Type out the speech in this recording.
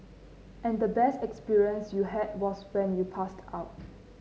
and the best experience you had was when you passed out